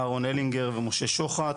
אהרון הלינגר ומשה שוחט,